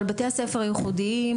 אבל בתי הספר הייחודיים,